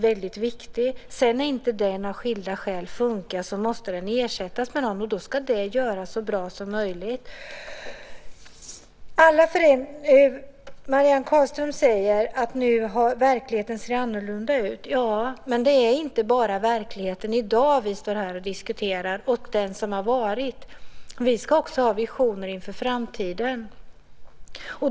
När den inte funkar av skilda skäl måste den ersättas med något. Då ska det göras så bra som möjligt. Marianne Carlström säger att verkligheten ser annorlunda ut nu. Men det är inte bara verkligheten i dag och den som har varit som vi står här och diskuterar. Vi ska också ha visioner inför framtiden.